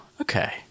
okay